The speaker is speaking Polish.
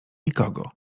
nikogo